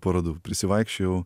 parodų prisivaikščiojau